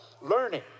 learning